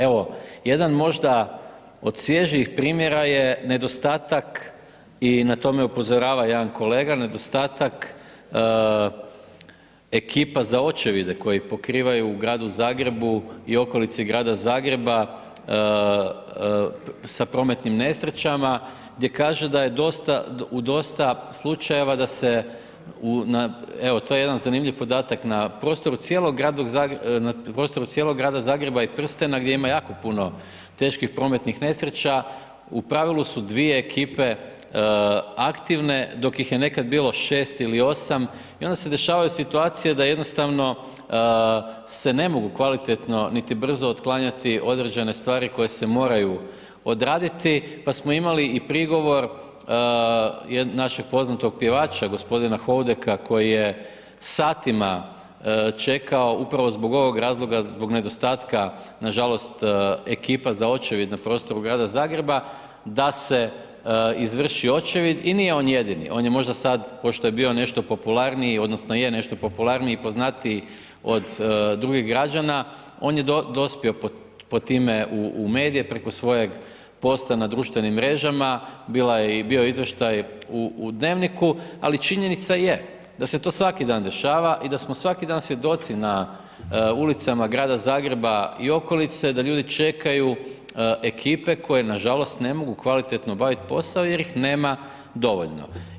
Evo, jedan možda od svježijih primjera je nedostatak i na tome upozorava jedan kolega, nedostatak ekipa za očevide koji pokrivaju u Gradu Zagrebu i okolici Grada Zagreba sa prometnim nesrećama gdje kaže da je dosta, u dosta slučajeva da se, evo to je jedan zanimljiv podatak, na prostoru cijelog Grada Zagreba i prstena gdje ima jako puno teških prometnih nesreća u pravilu su dvije ekipe aktivne dok ih nekad bilo 6 ili 8 i onda se dešavaju situacije da jednostavno se ne mogu kvalitetno, niti brzo otklanjati određene stvari koje se moraju odraditi, pa smo imali i prigovor našeg poznatog pjevača g. Houdeka koji je satima čekao upravo zbog ovog razloga, zbog nedostatka nažalost ekipa za očevid na prostoru Grada Zagreba da se izvrši očevid i nije on jedini, on je možda sad, pošto je bio nešto popularniji odnosno je nešto popularniji, poznatiji od drugih građana, on je dospio pod time u medije preko svojeg posta na društvenim mrežama, bio je izvještaj u Dnevniku, ali činjenica je da se to svaki dan dešava i da smo svaki dan svjedoci na ulicama Grada Zagreba i okolice da ljudi čekaju ekipe koje nažalost ne mogu kvalitetno obavit posao jer ih nema dovoljno.